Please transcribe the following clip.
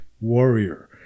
warrior